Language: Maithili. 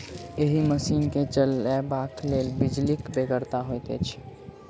एहि मशीन के चलयबाक लेल बिजलीक बेगरता होइत छै